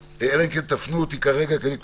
אלא אם כן תפנו אותי כרגע אם